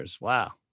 Wow